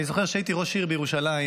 אני זוכר שכשהייתי ראש עיר בירושלים